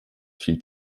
fiel